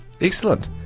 excellent